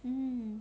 um